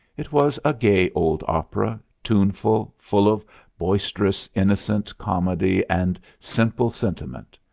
it was a gay old opera, tuneful, full of boisterous, innocent comedy and simple sentiment.